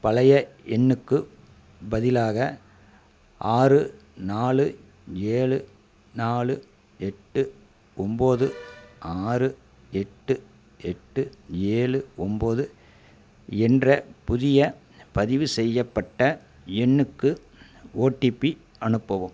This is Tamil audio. பழைய எண்ணுக்குப் பதிலாக ஆறு நாலு ஏழு நாலு எட்டு ஒம்பது ஆறு எட்டு எட்டு ஏழு ஒம்பது என்ற புதிய பதிவு செய்யப்பட்ட எண்ணுக்கு ஓடிபி அனுப்பவும்